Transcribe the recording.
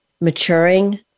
maturing